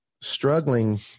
struggling